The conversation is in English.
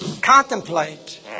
contemplate